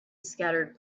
scattered